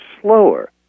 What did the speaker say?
slower